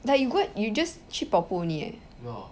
like you go and you just 去跑步 only eh